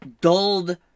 dulled